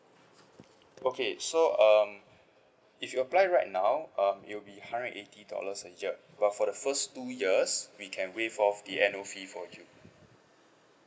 okay so um if you apply right now uh it'll be hundred eighty dollars a year but for the first two years we can waive off the annual fee for you